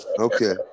Okay